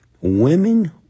Women